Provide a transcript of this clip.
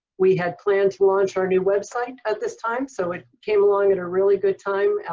we had planned to launch our new website at this time, so it came along at a really good time.